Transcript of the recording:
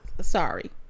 sorry